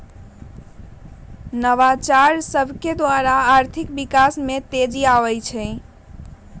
नवाचार सभकेद्वारा आर्थिक विकास में तेजी आबइ छै